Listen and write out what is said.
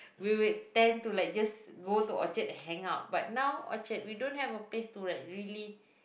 we will tend to like just go to Orchard hang out but now Orchard we don't have a place to like really